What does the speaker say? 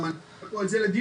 גם צריך לעלות את זה לדיון,